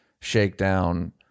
shakedown